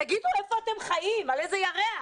תגידו, איפה אתם חיים, על איזה ירח?